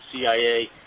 CIA